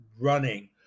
running